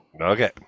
Okay